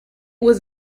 was